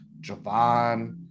Javon